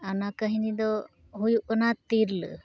ᱚᱱᱟ ᱠᱟᱹᱦᱤᱱᱤ ᱫᱚ ᱦᱩᱭᱩᱜ ᱠᱟᱱᱟ ᱛᱤᱨᱞᱟᱹ